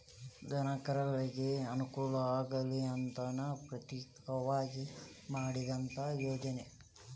ದನಕರುಗಳಿಗೆ ಅನುಕೂಲ ಆಗಲಿ ಅಂತನ ಪ್ರತ್ಯೇಕವಾಗಿ ಮಾಡಿದಂತ ಯೋಜನೆ